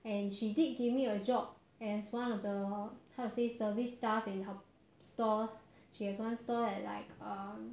and she did give me a job as one of the how to say service staff in her stores she has one store at like um